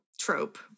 trope